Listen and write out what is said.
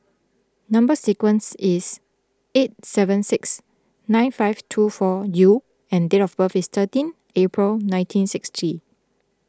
Number Sequence is eight seven six nine five two four U and date of birth is thirteen April nineteen sixty